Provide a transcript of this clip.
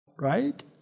Right